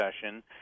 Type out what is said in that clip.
session